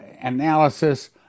analysis